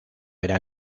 era